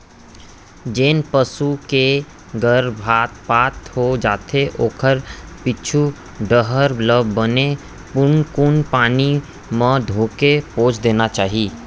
जेन पसू के गरभपात हो जाथे ओखर पीछू डहर ल बने कुनकुन पानी म धोके पोंछ देना चाही